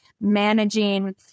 managing